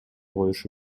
коюшу